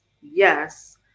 yes